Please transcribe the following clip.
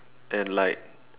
and like